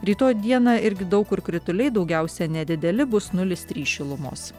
rytoj dieną irgi daug kur krituliai daugiausia nedideli bus nulis trys šilumos